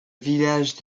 village